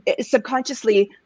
subconsciously